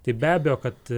tai be abejo kad